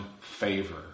favor